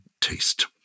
taste